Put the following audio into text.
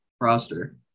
roster